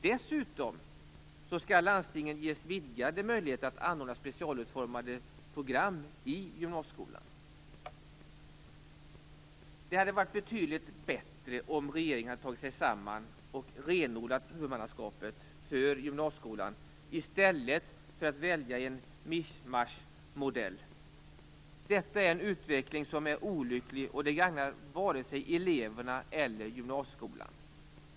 Dessutom skall landstingen ges vidgade möjligheter att anordna specialutformade program i gymnasieskolan. Det hade varit betydligt bättre om regeringen hade tagit sig samman och renodlat huvudmannaskapet för gymnasieskolan i stället för att välja en mischmaschmodell. Detta är en utveckling som är olycklig, och den gagnar vare sig eleverna eller gymnasieskolan.